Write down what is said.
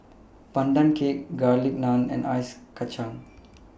Pandan Cake Garlic Naan and Ice Kachang